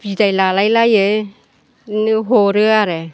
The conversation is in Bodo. बिदाय लालायलायो बिदिनो हरो आरो